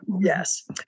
yes